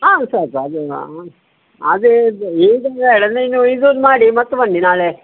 ಹಾಂ ಸ್ವಲ್ಪ ಅದು ಇದೊಂದು ಮಾಡಿ ಮತ್ತೆ ಬನ್ನಿ ನಾಳೆ